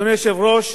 אדוני היושב-ראש,